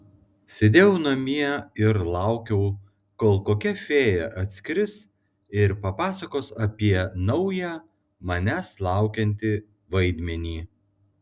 sėdėjau namie ir laukiau kol kokia fėja atskris ir papasakos apie naują manęs laukiantį vaidmenį